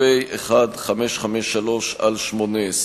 פ/1553/18.